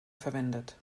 verwendet